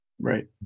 right